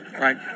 Right